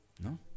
no